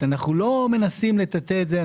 אנו לא מנסים לטאטא את זה.